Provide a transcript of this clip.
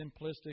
simplistic